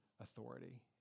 authority